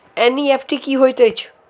NEFT की होइत अछि?